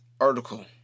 article